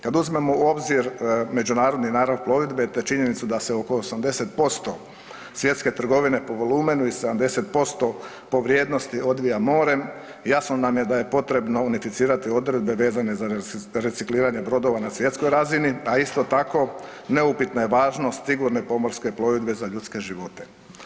Kad uzmemo u obzir međunarodni narav plovidbe, te činjenicu da se oko 80% svjetske trgovine po volumenu i 70% po vrijednosti odvija morem, jasno nam je da je potrebno unificirati odredbe vezane za recikliranje brodova na svjetskoj razini, a isto tako neupitna je važnost sigurne pomorske plovidbe za ljudske živote.